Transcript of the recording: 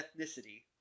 ethnicity